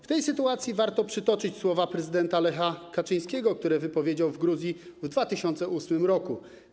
W tej sytuacji warto przytoczyć słowa prezydenta Lecha Kaczyńskiego, które wypowiedział w Gruzji w 2008 r.